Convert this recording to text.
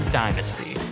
dynasty